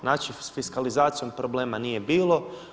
Znači fiskalizacijom problema nije bilo.